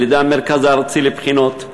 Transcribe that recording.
על-ידי המרכז הארצי לבחינות,